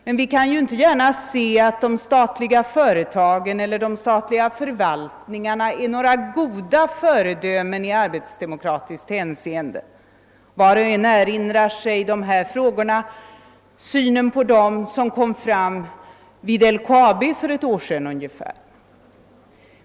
Men man kan inte gärna säga, att de statliga företagen eller de statliga förvaltningarna är goda föredömen i arbetsdemokratiskt hänseende. Var och en erinrar sig då det gäller dessa frågor det synsätt som för ungefär ett år sedan framkom vid LKAB.